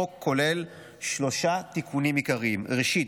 החוק כולל שלושה תיקונים עיקריים: ראשית,